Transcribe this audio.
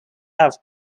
have